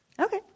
Okay